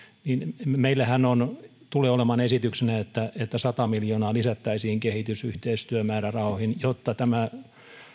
niin meillähän tulee olemaan esityksenä että että sata miljoonaa lisättäisiin kehitysyhteistyömäärärahoihin jotta tämä